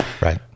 right